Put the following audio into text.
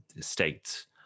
states